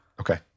Okay